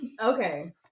Okay